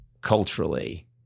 culturally